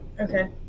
okay